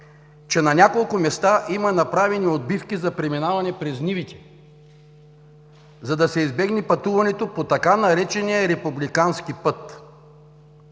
че на няколко места има направени отбивки за преминаване през нивите, за да се избегне пътуването по така наречения „републикански път“.